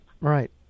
Right